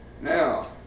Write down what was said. Now